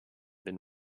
been